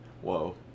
Whoa